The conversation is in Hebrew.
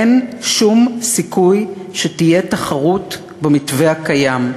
אין שום סיכוי שתהיה תחרות במתווה הקיים.